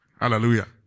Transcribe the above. Hallelujah